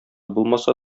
булмаса